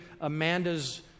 Amanda's